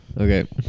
Okay